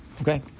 Okay